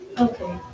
Okay